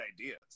ideas